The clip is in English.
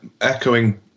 echoing